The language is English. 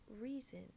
reason